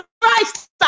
Christ